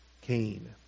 Cain